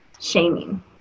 shaming